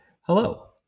Hello